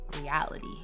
reality